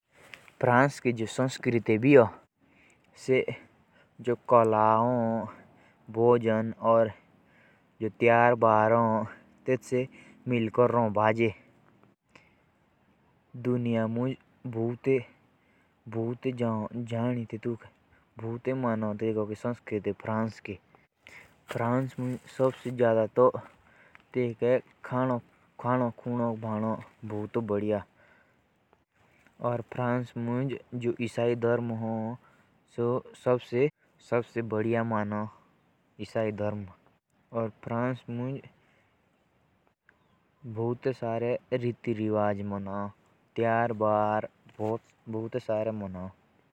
फ्रांस की संस्कृति में जो ये त्योहार होते हैं वो वहाँ ज़्यादा मनाते हैं। और वहाँ ईसाई धर्म को भी ज़्यादा मानते हैं।